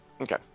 Okay